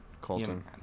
Colton